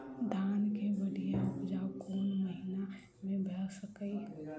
धान केँ बढ़िया उपजाउ कोण महीना मे भऽ सकैय?